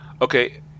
Okay